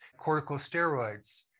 corticosteroids